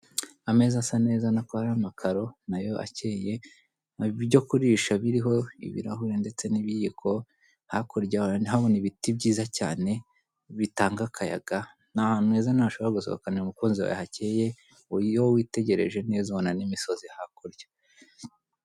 Ameza asa neza ubona ko hariho amakaro nayo akeye nibyokurisha biriho ibirahure ndetse nibiyiko hakurya ndahabona ibiti byiza cyane bitanga akayaga nahantu heza nawe ushobora gusohokanira umukunzi wawe hakeye kuburyo iyo witegereje neza ubona nimisozi hakurya.